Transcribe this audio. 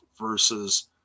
versus